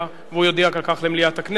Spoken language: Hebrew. הוא יודיע על כך למליאת הכנסת.